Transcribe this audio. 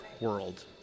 world